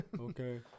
Okay